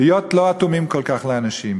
להיות לא אטומים כל כך לאנשים,